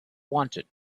wanted